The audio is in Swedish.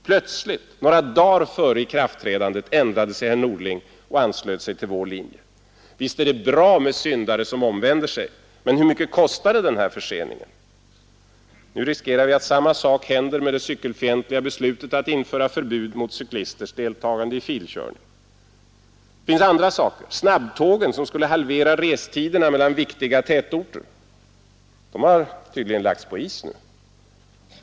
Plötsligt — några dagar före ikraftträdandet ändrade sig herr Norling och anslöt sig till vår linje. Visst är det bra med syndare som omvänder sig, men hur mycket kostade denna försening? Nu riskerar samma sak att hända med det cykelfientliga beslutet att införa förbud mot cyklists deltagande i filkörning. Snabbtågen som skulle halvera restiderna mellan viktiga tätorter har tydligen lagts på is i kommunikationsdepartementet.